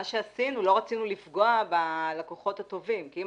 מה שעשינו לא רצינו לפגוע בלקוחות הטובים כי אם